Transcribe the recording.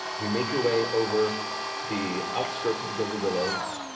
you make your way over to the outskirts of the gilded willows,